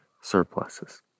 surpluses